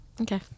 Okay